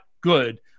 good